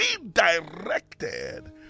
redirected